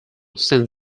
since